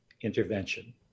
intervention